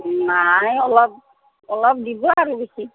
নাই অলপ অলপ দিব আৰু বেছি